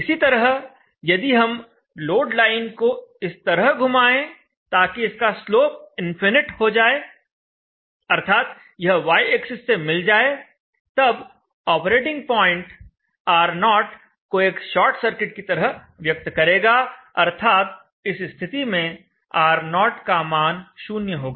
इसी तरह यदि हम लोड लाइन को इस तरह घुमाएं ताकि इसका स्लोप इनफिनिट हो जाए अर्थात यह y एक्सिस से मिल जाए तब ऑपरेटिंग प्वाइंट R0 को एक शॉर्ट सर्किट की तरह व्यक्त करेगा अर्थात इस स्थिति में R0 का मान 0 होगा